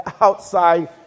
outside